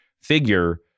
figure